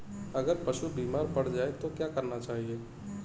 अगर पशु बीमार पड़ जाय तो क्या करना चाहिए?